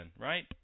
right